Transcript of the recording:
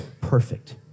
perfect